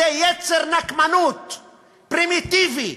זה יצר נקמנות פרימיטיבי.